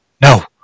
No